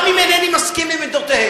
גם אם אינני מסכים עם עמדותיהם,